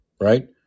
right